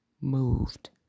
moved